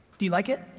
do you like it?